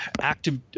active –